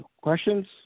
questions